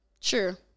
Sure